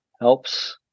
helps